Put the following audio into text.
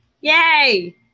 Yay